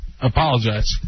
Apologize